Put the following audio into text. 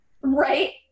Right